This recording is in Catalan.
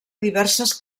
diverses